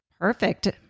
Perfect